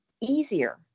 easier